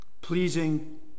pleasing